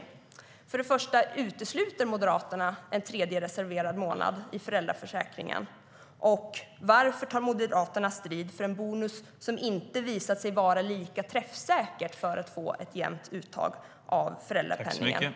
För det andra: Varför tar Moderaterna strid för en bonus som inte har visat sig vara lika träffsäker för att få ett jämnt uttag av föräldrapenningen?